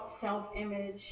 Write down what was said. self-image